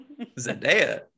zendaya